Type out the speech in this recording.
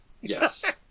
yes